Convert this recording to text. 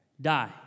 die